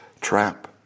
Trap